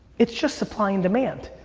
it's just supply and demand.